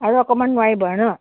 আৰু অকণমান নোৱাৰিব ন